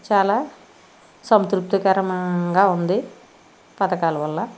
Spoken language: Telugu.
చాలా సంతృప్తికరంగా ఉంది పథకాల వల్ల